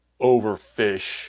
overfish